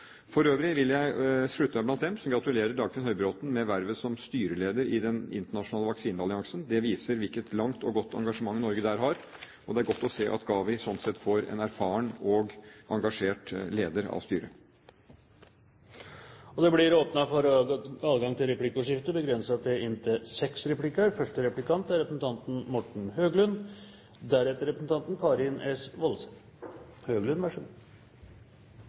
For øvrig vil jeg slutte meg til dem som gratulerer Dagfinn Høybråten med vervet som styreleder i den internasjonale vaksinealliansen. Det viser hvilket langt og godt engasjement Norge der har, og det er godt å se at GAVI slik sett får en erfaren og engasjert leder av styret. Det blir åpnet for replikkordskifte. Først til